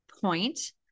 point